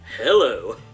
Hello